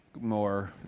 more